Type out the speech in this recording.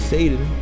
Satan